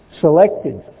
selected